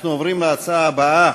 אנחנו עוברים להצעה הבאה,